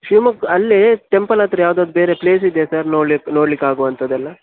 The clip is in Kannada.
ಶಿವಮೊಗ್ ಅಲ್ಲಿ ಟೆಂಪಲ್ ಹತ್ರ ಯಾವುದಾದರೂ ಬೇರೆ ಪ್ಲೇಸ್ ಇದೆಯಾ ಸರ್ ನೋಡ್ಲಿಕ್ ನೋಡಲಿಕ್ಕಾಗುವಂಥದ್ದೆಲ್ಲ